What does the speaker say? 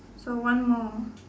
so one more